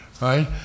right